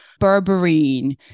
berberine